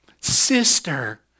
sister